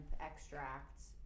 extracts